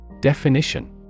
Definition